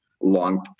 Long